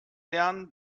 lernen